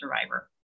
survivor